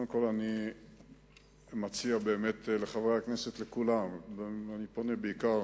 אני מציע לחברי הכנסת כולם, ואני פונה בעיקר